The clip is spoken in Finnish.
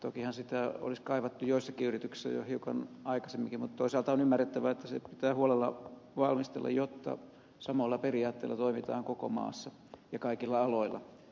tokihan sitä olisi kaivattu joissakin yrityksissä jo hiukan aikaisemminkin mutta toisaalta on ymmärrettävää että se pitää huolella valmistella jotta samoilla periaatteilla toimitaan koko maassa ja kaikilla aloilla